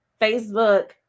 Facebook